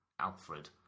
Alfred